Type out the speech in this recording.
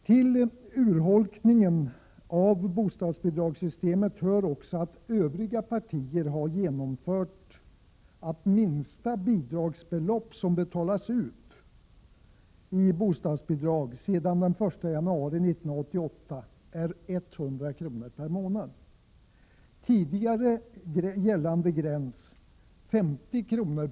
Till urholkningen av bostadsbidragssystemet hör också att övriga partier genomfört en förändring som innebär att minsta bidragsbelopp som betalas ut som bostadsbidrag sedan 1 januari 1988 är 100 kr. per månad. Tidigare gräns, 50 kr.